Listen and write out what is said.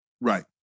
Right